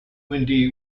windy